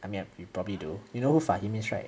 I mean you probably do you know who fahim is right